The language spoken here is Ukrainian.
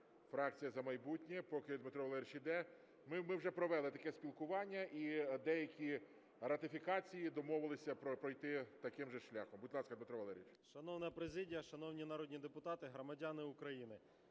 фракція "За майбутнє". Поки Дмитро Валерійович йде... Ми вже провели таке спілкування і деякі ратифікації домовилися пройти таким же шляхом. Будь ласка, Дмитро Валерійович. 13:29:31 ЛУБІНЕЦЬ Д.В. Шановна президія, шановні народні депутати, громадяни України!